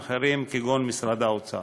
כי ראש הממשלה הזה איננו עושה.